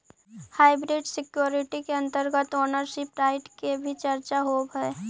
hybrid security के अंतर्गत ownership right के भी चर्चा होवऽ हइ